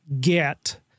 get